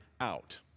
out